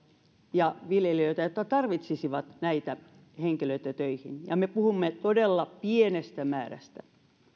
ja viljelijöitä jotka tarvitsisivat näitä henkilöitä töihin ja me puhumme todella pienestä määrästä